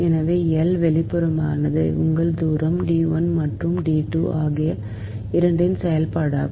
எனவே L வெளிப்புறமானது உங்கள் தூரம் D 1 மற்றும் D 2 ஆகிய இரண்டின் செயல்பாடாகும்